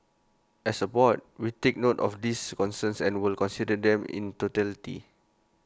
as A board we take note of these concerns and will consider them in totality